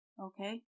Okay